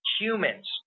humans